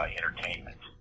entertainment